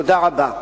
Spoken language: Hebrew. תודה רבה.